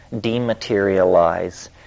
dematerialize